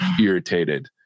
irritated